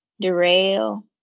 derail